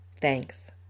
Thanks